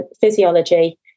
physiology